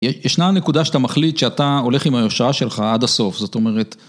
ישנה נקודה שאתה מחליט שאתה הולך עם הישועה שלך עד הסוף, זאת אומרת...